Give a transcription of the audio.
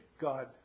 God